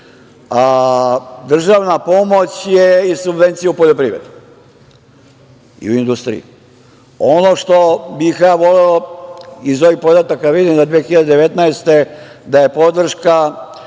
Državna pomoć i subvencije u poljoprivredi i industriji. Ono što bih ja voleo, iz ovih podataka vidim da je 2019. godine da je podrška